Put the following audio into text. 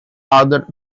other